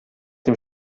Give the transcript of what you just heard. dem